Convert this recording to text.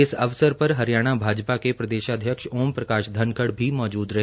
इस अवसर पर हरियाणा भाजपा के प्रदेशाध्यक्ष ओमप्रकाश धनखड़ भी मौजूद रहे